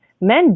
men